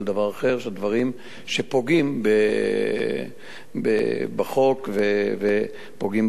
דברים שפוגעים בחוק ופוגעים בציבור.